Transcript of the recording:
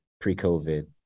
pre-COVID